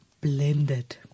blended